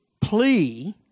plea